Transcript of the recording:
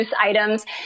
items